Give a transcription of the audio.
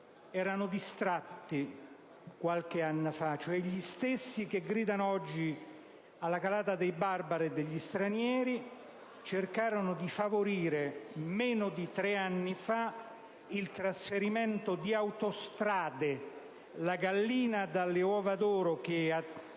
erano distratti. Gli stessi che gridano oggi alla calata dei barbari e degli stranieri cercarono di favorire, meno di tre anni, fa il trasferimento di Autostrade: la gallina dalle uova d'oro che